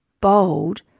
bold